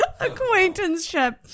Acquaintanceship